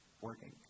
working